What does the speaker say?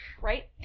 Right